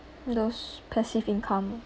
those passive income